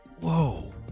Whoa